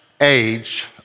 age